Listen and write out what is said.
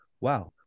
wow